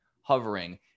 hovering